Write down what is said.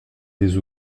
des